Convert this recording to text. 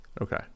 Okay